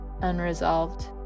unresolved